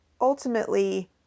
ultimately